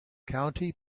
county